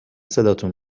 صداتون